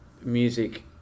music